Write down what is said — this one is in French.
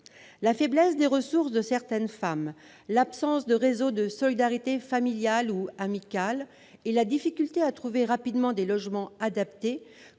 La faiblesse des ressources de certaines femmes, l'absence de réseau de solidarité familiale ou amicale et la difficulté à trouver rapidement des logements adaptés